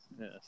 yes